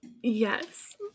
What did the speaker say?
Yes